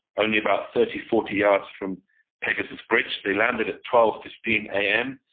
only about thirty, forty yards from pegasus bridge. they landed at twelve fifteen a m,